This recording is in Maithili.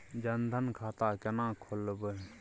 जनधन खाता केना खोलेबे?